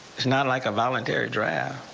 it's not like a voluntary draft.